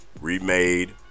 remade